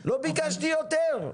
אבל --- לא ביקשתי יותר,